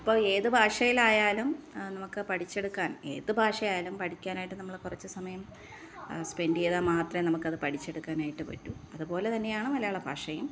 അതിപ്പം ഏത് ഭാഷയിലായാലും നമുക്ക് പഠിച്ചെടുക്കാന് ഏത് ഭാഷായാലും പഠിക്കാനായിട്ട് നമ്മൾ കുറച്ച് സമയം സ്പെന്ഡ് ചെയ്താൽ മാത്രമേ നമുക്കത് പഠിച്ചെടുക്കാനായിട്ട് പറ്റൂ അതുപോലെ തന്നെയാണ് മലയാള ഭാഷയും